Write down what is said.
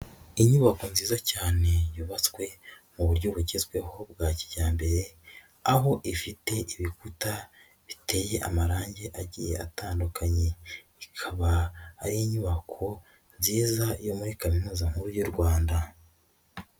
Inyubako nziza cyane yubatswe mu buryo bugezweho bwa kijyambere, aho ifite ibikuta biteye amarangi agiye atandukanye, ikaba ari inyubako nziza yo muri Kaminuza nkuru y'u Rwanda.